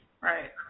Right